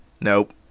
Nope